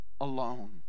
alone